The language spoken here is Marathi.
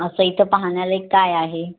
असं इथं पाहण्यालायक काय आहे